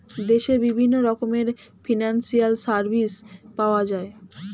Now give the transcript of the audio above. দেশে বিভিন্ন রকমের ফিনান্সিয়াল সার্ভিস পাওয়া যায়